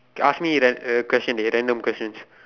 ask me a a question a random questions